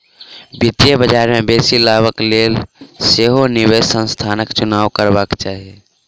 वित्तीय बजार में बेसी लाभक लेल सही निवेश स्थानक चुनाव करबाक चाही